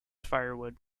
firewood